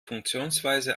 funktionsweise